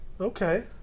Okay